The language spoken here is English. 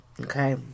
Okay